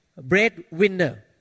breadwinner